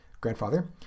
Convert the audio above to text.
grandfather